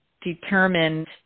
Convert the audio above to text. determined